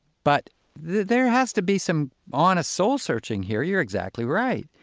but there has to be some honest soul-searching here, you're exactly right,